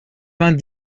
vingt